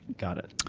got it.